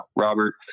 Robert